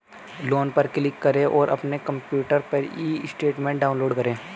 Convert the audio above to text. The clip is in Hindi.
लोन पर क्लिक करें और अपने कंप्यूटर पर ई स्टेटमेंट डाउनलोड करें